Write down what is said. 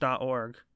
Org